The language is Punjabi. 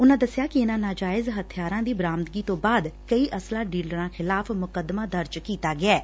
ਉਨੂਾ ਦਸਿਆ ਕਿ ਇਨੂਾਂ ਨਾਜਾਇਜ਼ ਹਬਿਆਰਾਂ ਦੀ ਬਰਾਮਦਗੀ ਤੋਂ ਬਾਅਦ ਕਈ ਅਸਲਾ ਡੀਲਰਾਂ ਖਿਲਾਫ ਮੁਕੱਦਮਾਂ ਦਰਜ ਕੀਤਾ ਗਿਐਂ